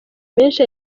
menshi